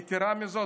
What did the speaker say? יתרה מזו,